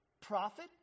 profit